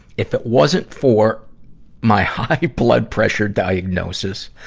if it wasn't for my high-blood-pressure diagnosis,